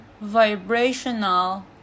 vibrational